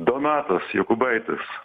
donatas jokūbaitis